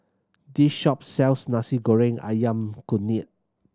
this shop sells Nasi Goreng Ayam Kunyit